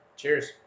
Cheers